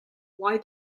why